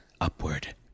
upward